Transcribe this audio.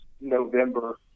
November